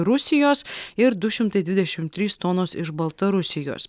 rusijos ir du šimtai dvidešim trys tonos iš baltarusijos